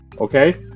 okay